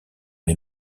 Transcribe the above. les